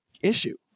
issue